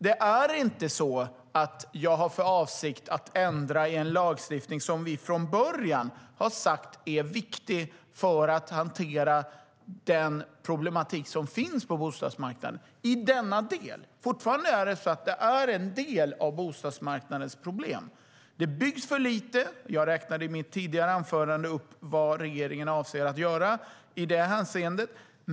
Det är inte så att jag har för avsikt att ändra i en lagstiftning som vi från början har sagt är viktig för att hantera den problematik som finns på bostadsmarknaden i denna del. Fortfarande är en del av bostadsmarknadens problem att det byggs för lite. Jag räknade i mitt tidigare anförande upp vad regeringen avser att göra i det avseendet.